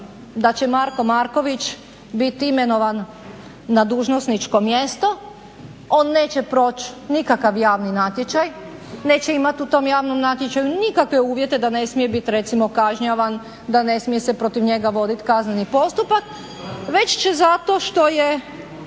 da će Marko Marković bit imenovan na dužnosničko mjesto, on neće proći nikakav javni natječaj, neće imati u tom javnom natječaju nikakve uvjete da ne smije biti recimo kažnjavan, da ne smije se protiv njega voditi kazneni postupak već će zato što je